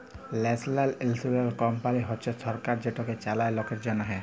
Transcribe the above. national insurance company হছে সরকার যেটকে চালায় লকের জ্যনহে